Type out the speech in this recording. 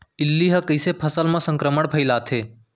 इल्ली ह कइसे फसल म संक्रमण फइलाथे?